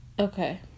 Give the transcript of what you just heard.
Okay